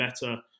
better